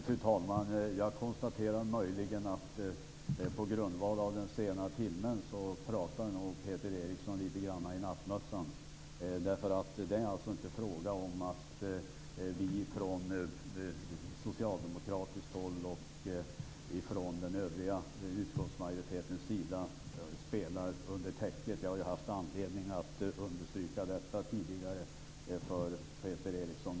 Fru talman! Jag konstaterar att Peter Eriksson möjligen på grund av den sena timmen pratar litet grand i nattmössan, därför att det inte är fråga om att vi från socialdemokratiskt håll eller från den övriga utskottsmajoritetens sida spelar under täcket. Jag har ju haft anledning att understryka detta tidigare för Peter Eriksson.